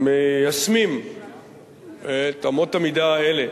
מיישמים את אמות המידה האלה